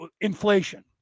inflation